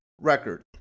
record